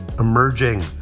emerging